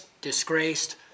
disgraced